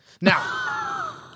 Now